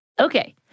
Okay